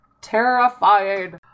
Terrifying